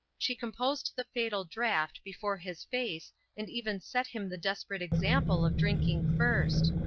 she composed the fatal draught before his face and even set him the desperate example of drinking first.